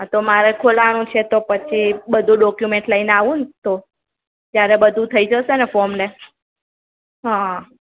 આ તો મારે ખોલાવવાનું છે તો પછી બધું ડોક્યુમેન્ટ લઈને આવુંને તો ત્યારે બધું થઈ જશે ને ફોર્મ ને હ